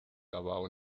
about